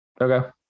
Okay